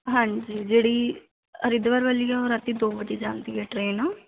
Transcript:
ਹਾਂਜੀ ਜਿਹੜੀ ਹਰਿਦੁਆਰ ਵਾਲੀ ਆ ਉਹ ਰਾਤੀ ਦੋ ਵਜੇ ਜਾਂਦੀ ਹੈ ਟ੍ਰੇਨ ਆ